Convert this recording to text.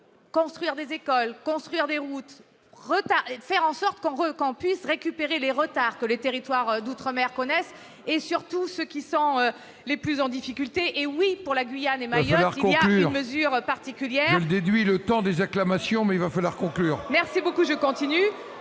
construire des écoles, des routes et faire en sorte que puissent être rattrapés les retards que les territoires d'outre-mer accusent, surtout ceux qui sont les plus en difficultés, et, en effet, pour la Guyane et Mayotte, il y a une mesure particulière. Je déduis le temps des exclamations, mais il va falloir conclure. Merci beaucoup, je continue